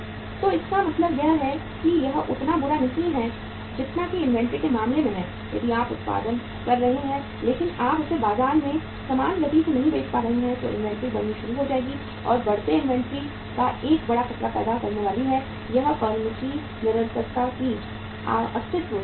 तो इसका मतलब यह है कि यह उतना बुरा नहीं है जितना कि इन्वेंट्री के मामले में है यदि आप उत्पादन कर रहे हैं लेकिन आप इसे बाजार में समान गति से नहीं बेच पा रहे हैं तो इन्वेंट्री बढ़नी शुरू हो जाएगी और बढ़ते इन्वेंट्री एक बड़ा खतरा पैदा करने वाली है या फर्म की निरंतरता के अस्तित्व के लिए